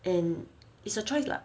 and it's a choice lah